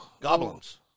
Goblins